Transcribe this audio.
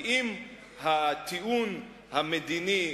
כי אם הטיעון המדיני,